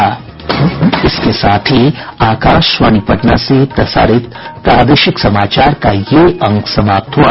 इसके साथ ही आकाशवाणी पटना से प्रसारित प्रादेशिक समाचार का ये अंक समाप्त हुआ